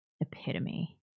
epitome